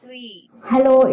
Hello